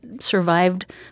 survived